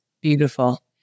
Beautiful